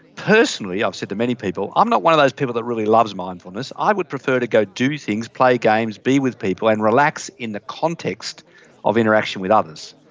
personally, as i've said to many people, i'm not one of those people that really loves mindfulness, i would prefer to go do things, play games, be with people, and relax in the context of interaction with others.